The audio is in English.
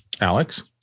Alex